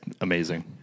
amazing